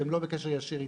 והם לא בקשר ישיר איתם.